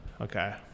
Okay